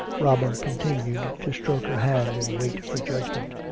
robin con tinued to stroke her hand and wait for judgment.